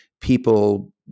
people